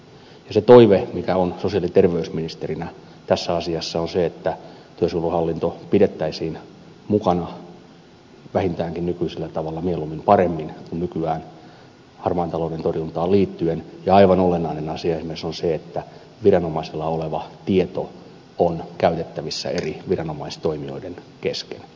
se toive mikä on sosiaali ja terveysministerinä tässä asiassa on se että työsuojeluhallinto pidettäisiin mukana vähintäänkin nykyisellä tavalla mieluummin paremmin kuin nykyään harmaan talouden torjuntaan liittyen ja aivan olennainen asia on esimerkiksi se että viranomaisella oleva tieto on käytettävissä eri viranomaistoimijoiden kesken